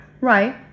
Right